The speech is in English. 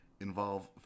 involve